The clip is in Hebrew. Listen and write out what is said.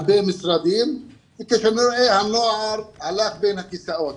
הרבה משרדים אבל הנוער נופל בין הכיסאות.